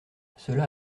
cela